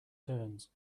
turns